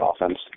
offense